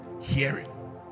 Hearing